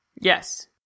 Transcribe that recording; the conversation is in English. Yes